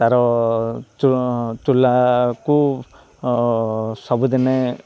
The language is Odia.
ତା'ର ଚୁଲାକୁ ସବୁଦିନେ